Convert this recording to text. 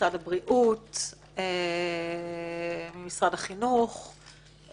ממשרד הבריאות, ממשרד החינוך -- משטרה.